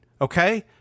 Okay